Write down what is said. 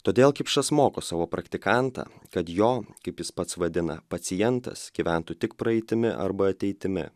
todėl kipšas moko savo praktikantą kad jo kaip jis pats vadina pacientas gyventų tik praeitimi arba ateitimi